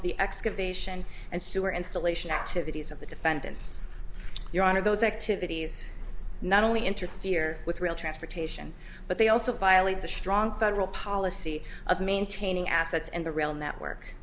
of the excavation and sewer installation activities of the defendants your honor those activities not only interfere with rail transportation but they also violate the strong federal policy of maintaining assets in the rail network